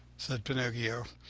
said pinocchio,